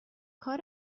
کار